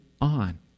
on